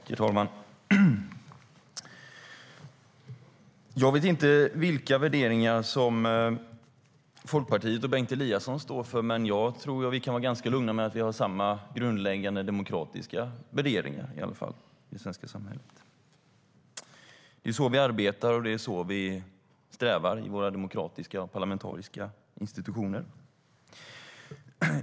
Herr talman! Jag vet inte vilka värderingar som Folkpartiet och Bengt Eliasson står för, men jag tror att vi kan vara ganska lugna med att vi i alla fall har samma grundläggande demokratiska värderingar i det svenska samhället. Det är så vi arbetar, och det är så vi strävar i våra demokratiska och parlamentariska institutioner.